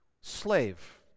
Slave